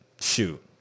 Shoot